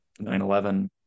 9-11